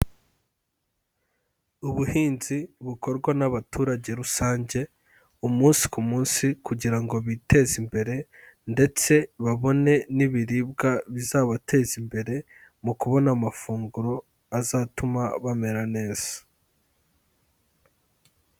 Ubuhinzi bukorwa n'abaturage rusange umunsi ku munsi, kugira ngo biteze imbere ndetse babone n'ibiribwa bizabateza imbere, mu kubona amafunguro azatuma bamera neza.